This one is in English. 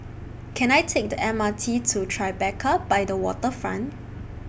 Can I Take The M R T to Tribeca By The Waterfront